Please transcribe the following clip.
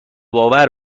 باور